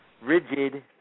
rigid